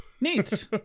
Neat